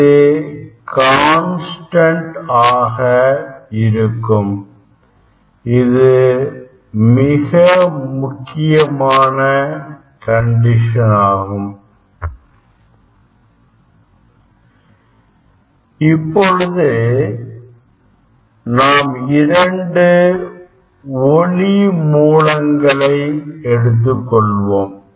இது கான்ஸ்டன்ட் ஆக இருக்கும் இது மிக முக்கியமான கண்டிஷன் ஆகும் இப்பொழுது நாம் இரண்டு ஒளி மூலங்களை எடுத்துக்கொள்வோம்